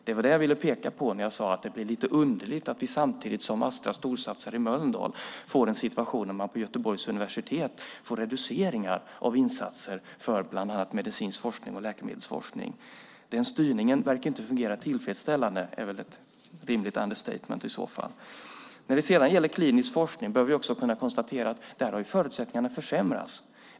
Det var det jag ville peka på när jag sade att det blir lite underligt att vi samtidigt som Astra storsatsar i Mölndal får en situation där Göteborgs universitet får reduceringar av insatser för bland annat medicinsk forskning och läkemedelsforskning. Den styrningen verkar inte fungera tillfredsställande. Det är ett rimligt understatement. När det gäller klinisk forskning behöver vi också konstatera att där har förutsättningarna försämrats.